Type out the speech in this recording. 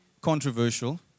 controversial